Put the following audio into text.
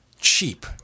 cheap